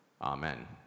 Amen